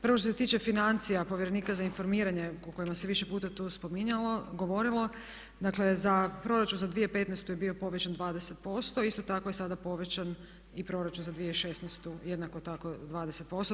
Prvo što se tiče financija povjerenika za informiranje o kojima se više puta tu spominjalo, govorilo, dakle za proračun za 2015. je bio povećan 20%, isto tako je sada povećan i proračun za 2016., jednako tako 20%